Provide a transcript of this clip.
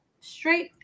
Straight